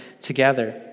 together